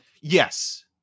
yes